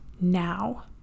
now